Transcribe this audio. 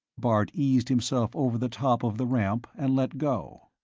bart eased himself over the top of the ramp and let go.